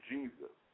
Jesus